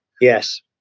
Yes